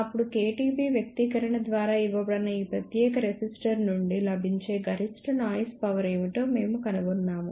అప్పుడు kTB వ్యక్తీకరణ ద్వారా ఇవ్వబడిన ఈ ప్రత్యేక రెసిస్టర్ నుండి లభించే గరిష్ట నాయిస్ పవర్ ఏమిటో మేము కనుగొన్నాము